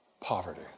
poverty